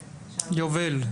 יובל.